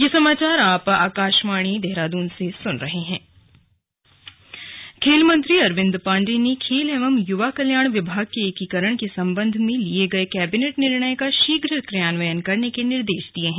slug खेल विभाग बैठक खेल मंत्री अरविंद पांडेय ने खेल एवं युवा कल्याण विभाग के एकीकरण के संबंध में लिये गये कैबिनेट निर्णय का शीघ्र क्रियान्वयन करने के निर्देश दिये हैं